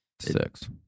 Six